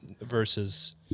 versus